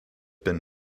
been